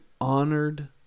honored